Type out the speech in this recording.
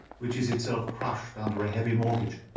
which is itself crushed under a heavy mortgage.